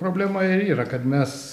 problema ir yra kad mes